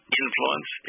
influence